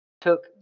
took